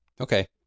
Okay